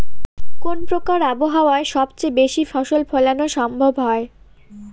কোন প্রকার আবহাওয়ায় সবচেয়ে বেশি ফসল ফলানো সম্ভব হয়?